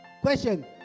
Question